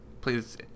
Please